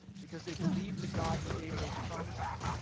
because they believed the god who gave those promises.